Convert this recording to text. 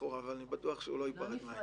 אבל אני בטוח שהוא לא ייפרד מהעניין.